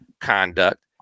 conduct